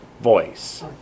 voice